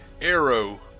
Arrow